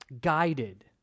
guided